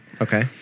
Okay